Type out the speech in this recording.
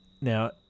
Now